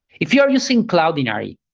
if you are using cloudinary,